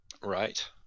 Right